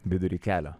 vidury kelio